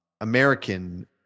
American